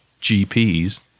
GPs